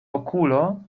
okulo